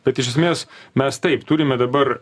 bet iš esmės mes taip turime dabar